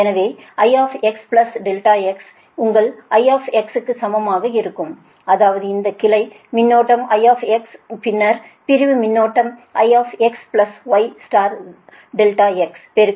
எனவே Ix ∆x உங்கள் I க்கு சமமாக இருக்கும் அதாவது இந்த கிளை மின்னோட்டம் I இந்த பிரிவு மின்னோட்டம் I y ∆x பெருக்கல்V x ∆x